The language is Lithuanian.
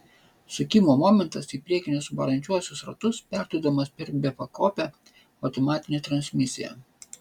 sukimo momentas į priekinius varančiuosius ratus perduodamas per bepakopę automatinę transmisiją